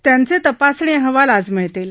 त्यांचे तपासणी अहवाल आज मिळतील